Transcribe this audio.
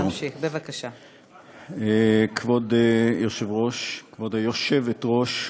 כבוד היושבת-ראש,